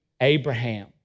Abraham